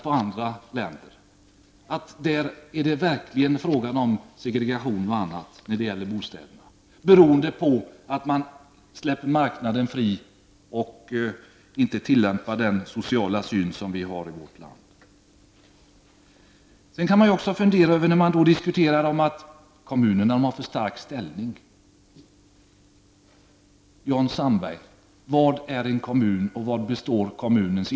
I dessa länder är det nämligen verkligen fråga om segregation och liknande när det gäller bostäderna, och detta beror på att man släpper marknaden fri och inte tillämpar den sociala syn som vi har i vårt land. Det förekommer också en diskussion om att kommunerna har en för stark ställning. Vad är en kommun, Jan Sandberg, och vad består kommunen av?